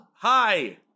Hi